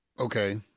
okay